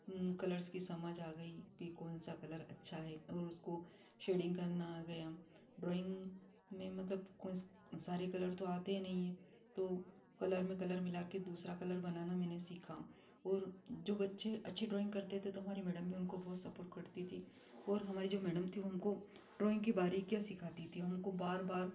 colours की समझ आ गई कि कौन सा कलर अच्छा है और उसको शेडिंग करना आ गया ड्राइंग म में मतलब कौन स सारे कलर तो आते नहीं हैं तो कलर में कलर मिला कर दूसरा कलर बनाना मैंने सीखा और जो बच्चे अच्छी ड्राइंग करते थे तो हमारी मैडम भी उनको बहुत सपोर्ट करती थी और हमारी जो मैडम थी वो हमको ड्राइंग की बारीकियाँ सिखाती थी वो हमको बार बार